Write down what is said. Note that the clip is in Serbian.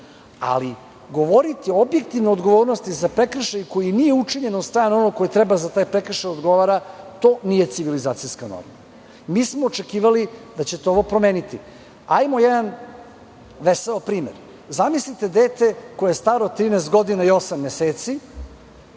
Ali, govoriti o objektivnoj odgovornosti za prekršaj koji nije učinjen od strane onog koji treba za taj prekršaj da odgovara, to nije civilizacijska norma. Mi smo očekivali da ćete ovo promeniti. Hajmo, jedan veseo primer primer. Zamislite dete koje je staro 13 godina i osam meseci,